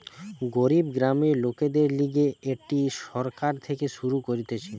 গরিব গ্রামের লোকদের লিগে এটি সরকার থেকে শুরু করতিছে